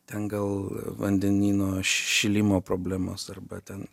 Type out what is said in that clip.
ten gal vandenyno šilimo problemos arba ten